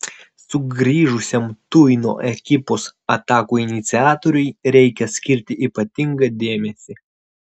sugrįžusiam tuino ekipos atakų iniciatoriui reikia skirti ypatingą dėmesį